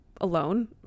alone